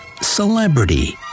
celebrity